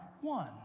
one